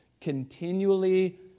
Continually